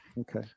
Okay